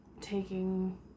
taking